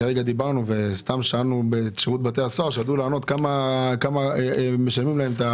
כרגע דיברנו ושאלנו את שירות בתי הסוהר כמה משלמים להם.